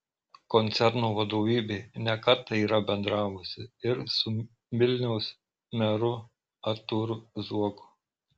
koncerno vadovybė ne kartą yra bendravusi ir su vilniaus meru artūru zuoku